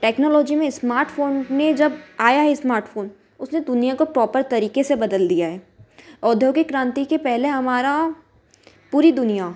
technology में smartphone में जब आया है स्मार्टफोन उसने दुनिया को प्रोपर तरीके से बदल दिया है औद्योगिक क्रांति के पहले हमारा पूरी दुनिया